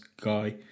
guy